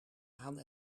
aan